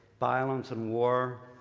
violence and war,